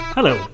Hello